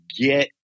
get